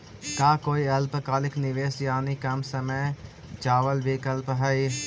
का कोई अल्पकालिक निवेश यानी कम समय चावल विकल्प हई?